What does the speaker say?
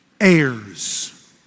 Heirs